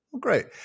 Great